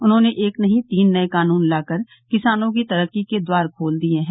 उन्होंने एक नही तीन नये कानून लाकर किसानों की तरक्की के द्वार खोल दिये हैं